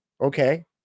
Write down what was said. Okay